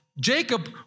Jacob